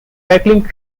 tackling